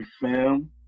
film